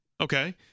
okay